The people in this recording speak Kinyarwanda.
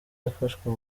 yafashwe